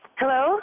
hello